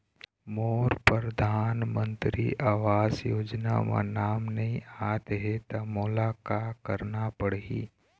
मोर परधानमंतरी आवास योजना म नाम नई आत हे त मोला का करना पड़ही?